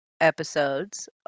episodes